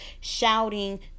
shouting